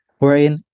Wherein